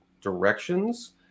directions